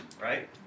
Right